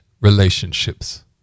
relationships